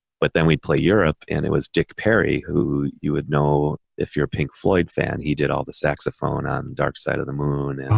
but then we'd play europe and it was dick perry who you would know if you're a pink floyd fan. he did all the saxophone on dark side of the moon. and